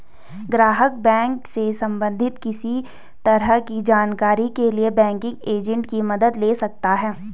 ग्राहक बैंक से सबंधित किसी तरह की जानकारी के लिए बैंकिंग एजेंट की मदद ले सकता है